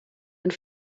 and